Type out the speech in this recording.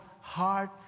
heart